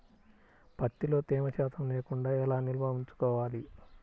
ప్రత్తిలో తేమ శాతం లేకుండా ఎలా నిల్వ ఉంచుకోవాలి?